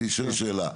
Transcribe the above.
אני שואל שאלה.